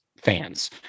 fans